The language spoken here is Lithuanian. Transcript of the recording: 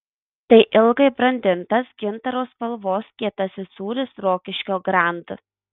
tai ilgai brandintas gintaro spalvos kietasis sūris rokiškio grand